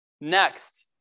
next